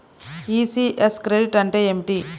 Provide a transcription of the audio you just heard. ECS credit అంటే ఏమిటి?